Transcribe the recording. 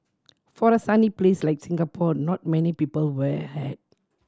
for a sunny place like Singapore not many people wear a hat